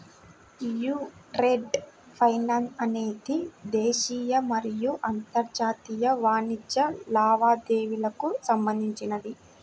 యీ trade finance అనేది దేశీయ మరియు అంతర్జాతీయ వాణిజ్య లావాదేవీలకు సంబంధించినది